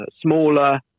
smaller